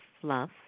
fluff